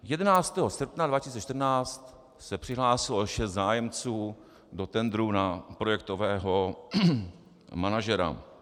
11. srpna 2014 se přihlásilo šest zájemců do tendru na projektového manažera.